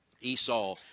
Esau